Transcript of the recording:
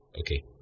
Okay